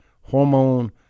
hormone